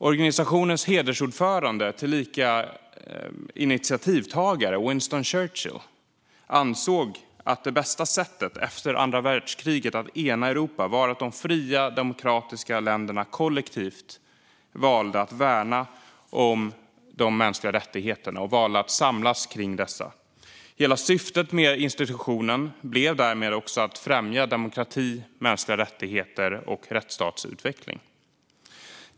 Organisationens hedersordförande, tillika initiativtagare, Winston Churchill, ansåg att det bästa sättet att ena Europa efter andra världskriget var att de fria demokratiska länderna kollektivt valde att värna om och samlas kring de mänskliga rättigheterna. Hela syftet med institutionen blev därmed att främja demokrati, mänskliga rättigheter och rättsstatsutveckling.